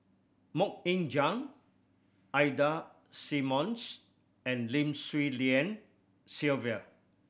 Mok Ying Jang Ida Simmons and Lim Swee Lian Sylvia